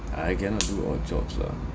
I cannot do odd jobs lah